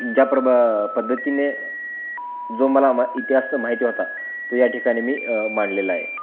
ज्या प्रबा पद्धतीने जो मला मा इतिहास माहिती होता तो या ठिकाणी मी मांडलेला आहे